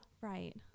right